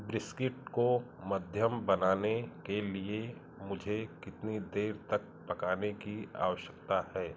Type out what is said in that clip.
brisket को मध्यम बनाने के लिए मुझे कितनी देर तक पकाने की आवश्यकता है